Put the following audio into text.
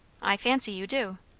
i fancy you do.